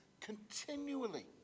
continually